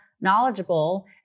knowledgeable